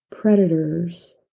predators